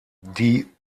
die